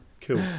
Cool